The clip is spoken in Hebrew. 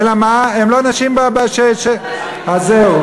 אלא מה, הן לא נשים, אז זהו.